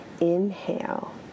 Inhale